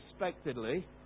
unexpectedly